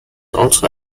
also